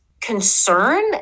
concern